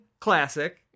classic